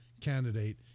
candidate